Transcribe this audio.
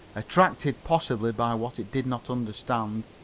attracted possibly by what it did not understand,